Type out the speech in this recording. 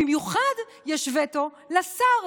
במיוחד יש וטו לשר,